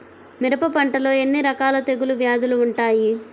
మిరప పంటలో ఎన్ని రకాల తెగులు వ్యాధులు వుంటాయి?